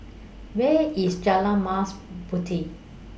Where IS Jalan Mas Puteh